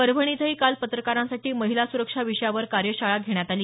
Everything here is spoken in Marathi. परभणी इथं काल पत्रकारांसाठी महिला सुरक्षा विषयावर कार्यशाळा घेण्यात आली